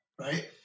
right